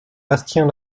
bastien